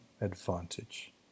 advantage